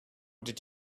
did